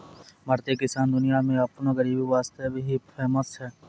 भारतीय किसान दुनिया मॅ आपनो गरीबी वास्तॅ ही फेमस छै